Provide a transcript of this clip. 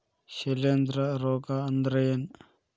ಶಿಲೇಂಧ್ರ ರೋಗಾ ಅಂದ್ರ ಏನ್?